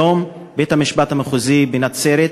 היום בית-המשפט המחוזי בנצרת